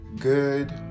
Good